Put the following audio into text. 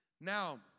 Now